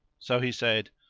so he said,